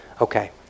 Okay